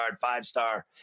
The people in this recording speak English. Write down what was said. five-star